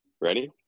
Ready